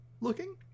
looking